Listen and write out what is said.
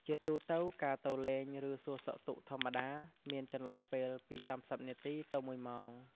ជាទូទៅ ការទៅលេង ឬ សួរសុខទុក្ខធម្មតា មានចន្លោះពេលពី ៣០នាទី ទៅ ១ម៉ោង។